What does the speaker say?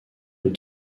aux